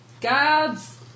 Guards